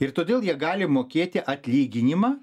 ir todėl jie gali mokėti atlyginimą